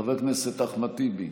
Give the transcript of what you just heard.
חבר הכנסת אחמד טיבי,